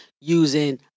using